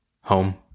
Home